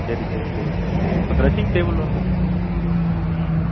சரி சரி சரி ப்ரோ இப்போ ட்ரெஸ்ஸிங் டேபிள் வந்துட்டு ம்